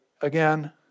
Again